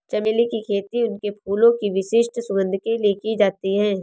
चमेली की खेती उनके फूलों की विशिष्ट सुगंध के लिए की जाती है